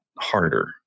harder